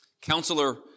Counselor